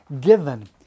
given